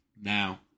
Now